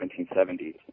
1770s